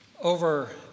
Over